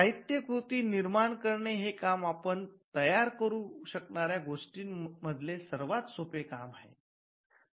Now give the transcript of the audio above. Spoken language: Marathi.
साहित्य कृती निर्माण करणे हे काम आपण तयार करू शकणाऱ्या गोष्टी मधले सर्वात सोपे काम आहे